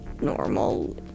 normal